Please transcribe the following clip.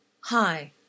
Hi